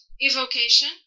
evocation